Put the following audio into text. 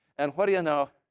and what do you know?